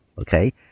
okay